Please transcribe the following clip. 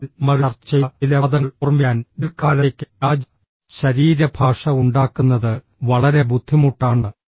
തുടക്കത്തിൽ നമ്മൾ ചർച്ച ചെയ്ത ചില വാദങ്ങൾ ഓർമ്മിക്കാൻ ദീർഘകാലത്തേക്ക് വ്യാജ ശരീരഭാഷ ഉണ്ടാക്കുന്നത് വളരെ ബുദ്ധിമുട്ടാണ്